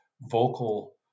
vocal